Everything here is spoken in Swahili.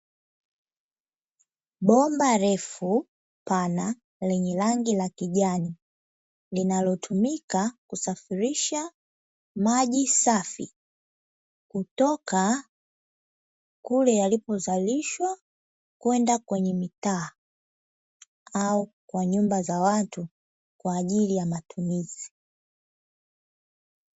Bomba refu pana lenye rangi ya kijani linalotumika kusafirisha maji safi kutoka kule yalipozalishwa kwenda kwenye mitaa au kwenda nyumba za watu kwa ajili ya matumizi.